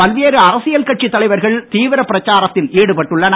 பல்வேறு அரசியல் கட்சித் தலைவர்கள் தீவிர பிரச்சாரத்தில் ஈடுபட்டுள்ளனர்